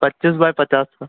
पच्चीस बाय पचास